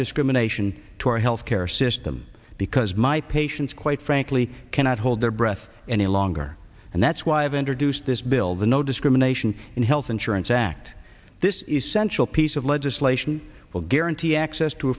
discrimination to our health care system because my patients quite frankly cannot hold their breath any longer and that's why i've introduced this bill the no discrimination in health insurance act this essential piece of legislation will guarantee access to